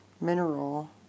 mineral